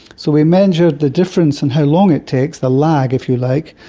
so we measured the difference in how long it takes, the lag if you like,